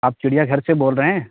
آپ چڑیا گھر سے بول رہے ہیں